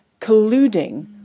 colluding